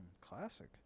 classic